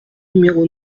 numéro